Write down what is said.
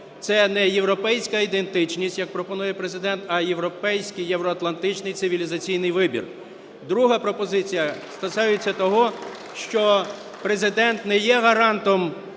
це не європейська ідентичність, як пропонує Президент, а європейський, євроатлантичний цивілізаційний вибір. Друга пропозиція стосується того, що Президент не є гарантом